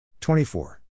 24